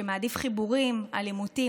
שמעדיף חיבורים על עימותים,